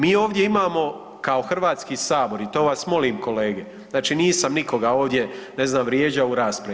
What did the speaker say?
Mi ovdje imamo kao Hrvatski sabor i to vas molim kolege, znači nisam nikoga ovdje ne znam vrijeđao u raspravi.